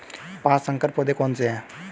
पाँच संकर पौधे कौन से हैं?